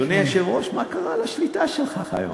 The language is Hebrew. אדוני היושב-ראש, מה קרה לשליטה שלך היום?